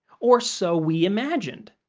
or so we imagine.